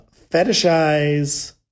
fetishize